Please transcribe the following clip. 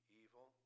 evil